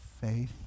Faith